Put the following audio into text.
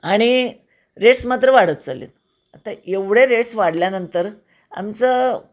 आणि रेट्स मात्र वाढत चालले आहेत आता एवढे रेट्स वाढल्यानंतर आमचं